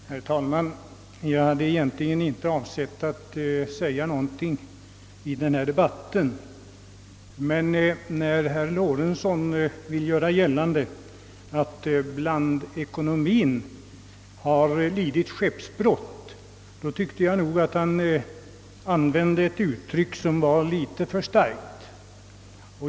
Herr talman! Jag hade egentligen inte avsett att säga någonting i den här debatten, men när herr Lorentzon vill göra gällande, att blandekonomien har lidit skeppsbrott tycker jag att han använder ett uttryck som är litet för starkt.